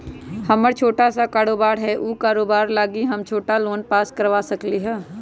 हमर छोटा सा कारोबार है उ कारोबार लागी हम छोटा लोन पास करवा सकली ह?